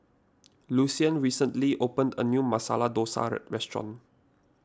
Lucian recently opened a new Masala Dosa restaurant